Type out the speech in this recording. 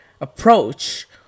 approach